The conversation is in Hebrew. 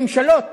ממשלות